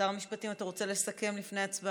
שר המשפטים, אתה רוצה לסכם לפני הצבעה?